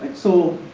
so,